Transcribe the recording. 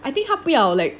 I think 他不要 like